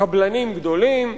קבלנים גדולים,